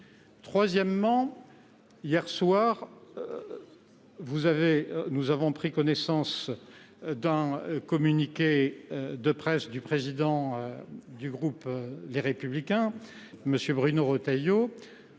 Troisièmement, hier soir, nous avons pris connaissance d’un communiqué de presse du président du groupe Les Républicains Bruno Retailleau